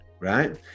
Right